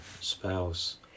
spouse